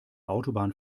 autobahn